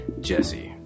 Jesse